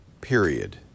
Period